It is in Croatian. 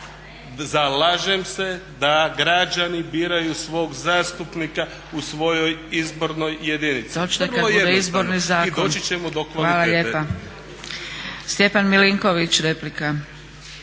zalažem se da građani biraju svog zastupnika u svojoj izbornoj jedinici vrlo jednostavno i doći će do kvalitete. **Zgrebec, Dragica